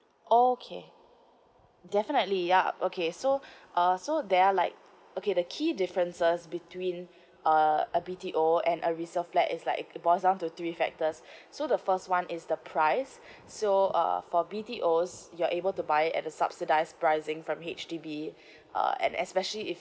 okay definitely yup okay so uh so there are like okay the key differences between uh a B T O and a resale flat is like it's boils down to three factors so the first one is the price so uh for B T Os you're able to buy at the subsidised pricing from H_D_B uh and especially if